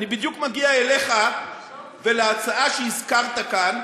אני בדיוק מגיע אליך ולהצעה שהזכרת כאן,